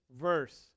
verse